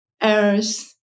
errors